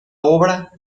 obra